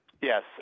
Yes